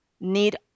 need